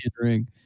ring